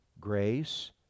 grace